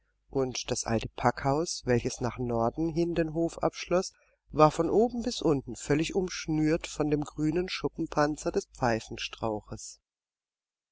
und das alte packhaus welches nach norden hin den hof abschloß war von oben bis unten völlig umschnürt von dem grünen schuppenpanzer des